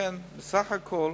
לכן, בסך הכול